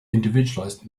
individualized